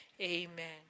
Amen